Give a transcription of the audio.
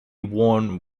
worn